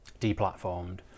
deplatformed